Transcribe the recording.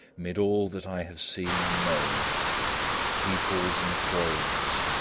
mid all that i have seen and known peoples and thrones,